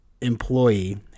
employee